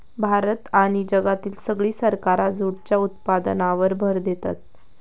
भारत आणि जगातली सगळी सरकारा जूटच्या उत्पादनावर भर देतत